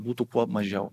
būtų kuo mažiau